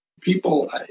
People